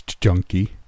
junkie